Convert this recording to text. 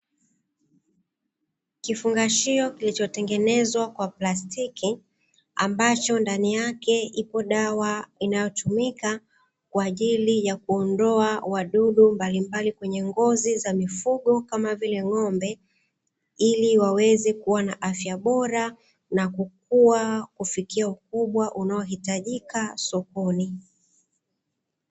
Kifungashio kilicho tengenezwa kwa plastiki, ambacho ndani yake ipo dawa inayotumika, kwa ajili ya kuondoa wadudu mbalimbali kwenye ngozi za mifugo kama vile ng'ombe, ili waweze kuwa na afya bora na kukua kufikia mkubwa unaohitajika sokoni.